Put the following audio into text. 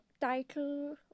title